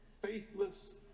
faithless